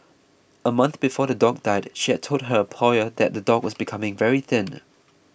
a month before the dog died she had told her employer that the dog was becoming very thin